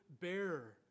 bearer